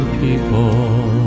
people